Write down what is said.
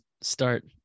start